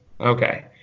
Okay